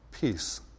peace